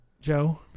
Joe